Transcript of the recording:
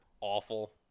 awful